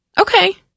okay